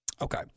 Okay